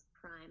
prime